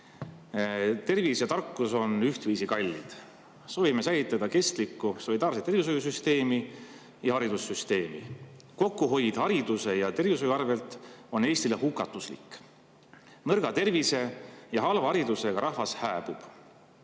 "Tervis ja tarkus on ühtviisi kallid. Soovime säilitada kestlikku solidaarset tervishoiusüsteemi ja haridussüsteemi. Kokkuhoid hariduse ja tervishoiu arvelt on Eestile hukatuslik – nõrga tervise ja halva haridusega rahvas hääbub.